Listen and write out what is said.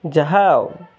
ଯାହା ଆଉ